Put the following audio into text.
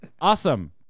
Awesome